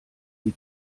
die